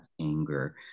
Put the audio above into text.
anger